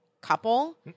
couple